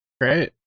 Great